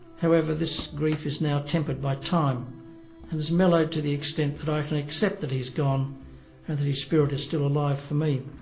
however, this grief is now tempered by time and has mellowed to the extent that i can accept that he's gone and that his spirit is still alive for me.